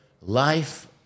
Life